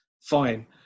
fine